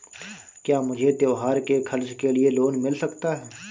क्या मुझे त्योहार के खर्च के लिए लोन मिल सकता है?